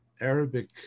Arabic